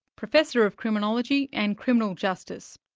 professor of criminology and criminal justice.